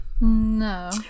No